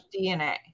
DNA